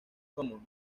commons